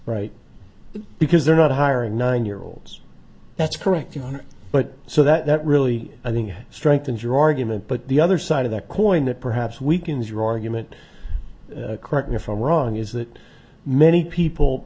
right because they're not hiring nine year olds that's correct you know but so that really i think strengthens your argument but the other side of the coin that perhaps weakens your argument correct me if i'm wrong is that many people